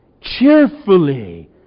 cheerfully